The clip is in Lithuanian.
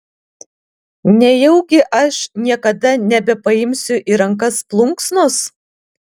nejaugi aš niekada nebepaimsiu į rankas plunksnos